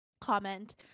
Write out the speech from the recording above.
comment